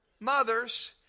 mothers